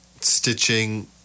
stitching